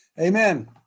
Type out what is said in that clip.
Amen